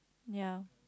ya